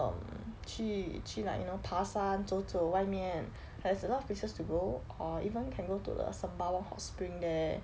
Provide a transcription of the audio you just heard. um 去去 like you know 爬山走走外面 like there's a lot of places to go or even can go to the sembawang hot spring there